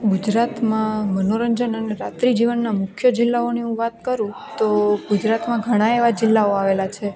ગુજરાતમાં મનોરંજન અને રાત્રિ જીવનના મુખ્ય જિલ્લાઓની હું વાત કરું તો ગુજરાતમાં ઘણા એવા જિલ્લાઓ આવેલા છે